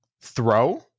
Throw